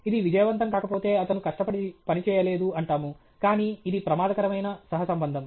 ఇది విజయవంతం కాకపోతే అతను కష్టపడి పనిచేయలేదు అంటాము కానీ ఇది ప్రమాదకరమైన సహసంబంధం